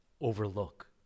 overlook